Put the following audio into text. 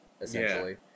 essentially